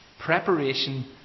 Preparation